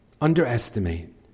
Underestimate